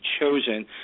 chosen